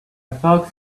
fox